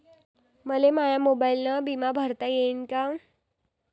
मले माया मोबाईलनं बिमा भरता येईन का?